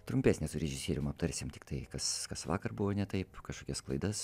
trumpesnė su režisierium aptarsim tiktai kas kas vakar buvo ne taip kažkokias klaidas